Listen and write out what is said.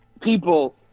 people